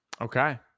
Okay